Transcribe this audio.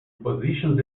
positions